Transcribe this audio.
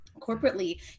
corporately